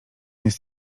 jest